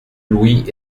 louis